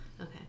Okay